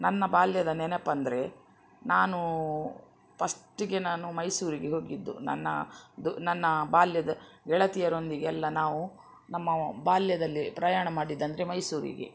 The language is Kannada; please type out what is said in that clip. ನನ್ನ ಬಾಲ್ಯದ ನೆನಪಂದರೆ ನಾನೂ ಪಸ್ಟಿಗೇ ನಾನು ಮೈಸೂರಿಗೆ ಹೋಗಿದ್ದು ನನ್ನ ದು ನನ್ನ ಬಾಲ್ಯದ ಗೆಳತಿಯರೊಂದಿಗೆ ಎಲ್ಲ ನಾವು ನಮ್ಮ ಬಾಲ್ಯದಲ್ಲಿ ಪ್ರಯಾಣ ಮಾಡಿದ್ದಂದರೆ ಮೈಸೂರಿಗೆ